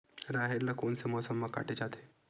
राहेर ल कोन से मौसम म काटे जाथे?